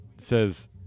says